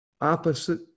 opposite